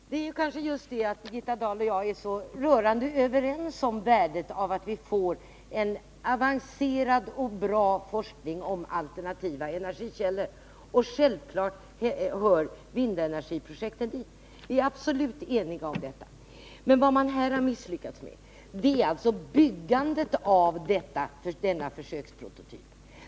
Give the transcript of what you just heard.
Herr talman! Det är kanske just det förhållandet att Birgitta Dahl och jag är så rörande överens om värdet av att vi får en avancerad och bra forskning om alternativa energikällor som är problemet. Självfallet hör vindenergiprojektet dit. Vi är helt eniga om detta. Men vad man har misslyckats med är byggandet av denna prototyp.